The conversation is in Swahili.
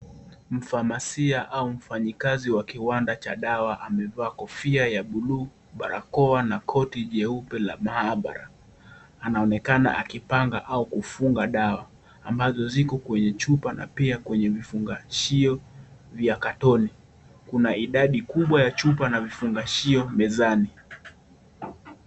Mfamasia au mfanyakazi wa kiwanda cha dawa amevaa kofia ya bluu, barakoa na koti jeupe la maabara. Anaonekana akipanga au kufunga dawa, ambazo ziko kwenye chupa na pia kwenye vifungashio vya katone. Kuna idadi kubwa ya chupa na vifungashio mezani.